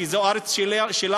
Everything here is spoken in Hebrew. כי זו הארץ שלנו,